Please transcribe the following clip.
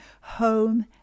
home